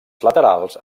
laterals